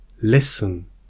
listen